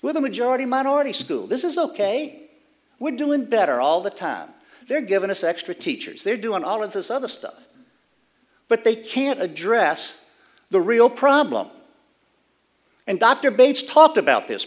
with a majority minority school this is ok we're doing better all the time they're given a sex to teachers they're doing all of this other stuff but they can't address the real problem and dr bates talked about this